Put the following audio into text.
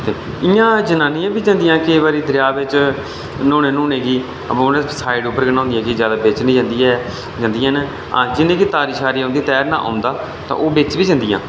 इं'या जनानियां बी जंदियां केईं बारी दरेआ बिच न्हौने गी ते इंया साईड पर गै न्हौंदियां जादै बिच निं जंदियां हैन जंदियां न जि'नेंगी तारी औंदी ऐ तैरना तां ओह् बिच बी जंदियां